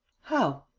how?